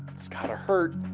it's gotta hurt.